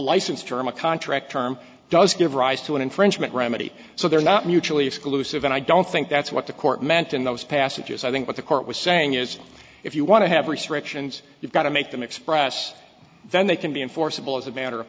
license term a contract term does give rise to an infringement remedy so they're not mutually exclusive and i don't think that's what the court meant in those passages i think what the court was saying is if you want to have restrictions you've got to make them express then they can be enforceable as a matter of